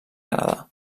canadà